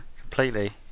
completely